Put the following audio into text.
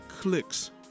clicks